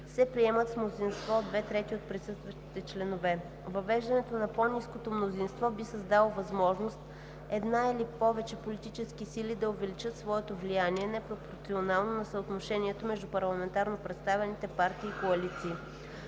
се приемат с мнозинство две трети от присъстващите членове. Въвеждането на по-ниското мнозинство би създало възможност една или повече политически сили да увеличат своето влияние непропорционално на съотношението между парламентарно представените партии и коалиции.